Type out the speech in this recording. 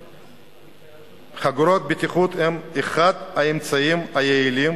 חגורות בטיחות הן אחד האמצעים היעילים